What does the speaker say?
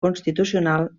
constitucional